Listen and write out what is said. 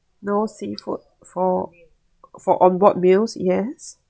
no seafood for for on board meals yes